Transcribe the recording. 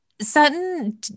Sutton